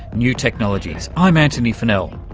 new technologies. i'm antony funnell,